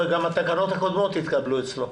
וגם התקנות הקודמות התקבלו אצלו.